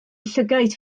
llygaid